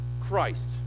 Christ